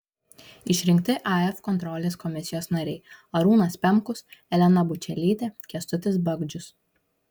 išrinkti af kontrolės komisijos nariai arūnas pemkus elena bučelytė kęstutis bagdžius